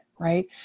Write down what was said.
right